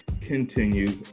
continues